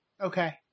Okay